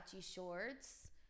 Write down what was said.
shorts